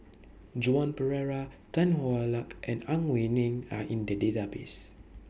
Joan Pereira Tan Hwa Luck and Ang Wei Neng Are in The Database